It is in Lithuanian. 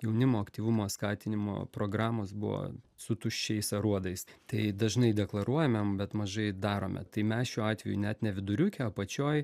jaunimo aktyvumo skatinimo programos buvo su tuščiais aruodais tai dažnai deklaruojame bet mažai darome tai mes šiuo atveju net ne viduriuke apačioj